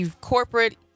corporate